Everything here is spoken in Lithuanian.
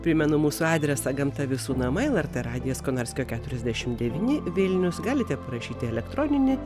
primenu mūsų adresą gamta visų namai lrt radijas konarskio keturiasdešimt devyni vilnius galite parašyti elektroninį